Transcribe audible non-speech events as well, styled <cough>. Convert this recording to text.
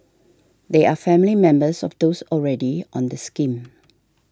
they are family members of those already on the scheme <noise>